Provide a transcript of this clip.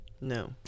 No